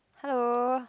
hello